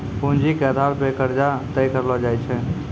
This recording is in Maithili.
पूंजी के आधार पे कर्जा तय करलो जाय छै